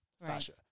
Sasha